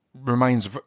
remains